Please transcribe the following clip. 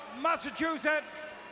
Massachusetts